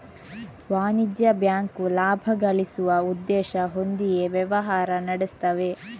ವಾಣಿಜ್ಯ ಬ್ಯಾಂಕು ಲಾಭ ಗಳಿಸುವ ಉದ್ದೇಶ ಹೊಂದಿಯೇ ವ್ಯವಹಾರ ನಡೆಸ್ತವೆ